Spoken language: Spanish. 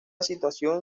situación